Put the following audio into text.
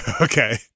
Okay